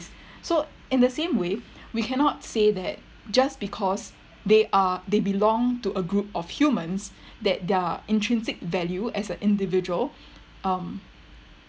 so in the same way we cannot say that just because they are they belong to a group of humans that their intrinsic value as a individual um